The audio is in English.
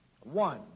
One